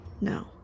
No